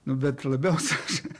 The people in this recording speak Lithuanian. nu bet labiausiai aš